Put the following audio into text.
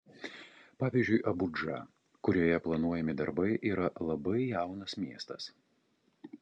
pavyzdžiui abudža kurioje planuojami darbai yra labai jaunas miestas